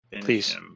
Please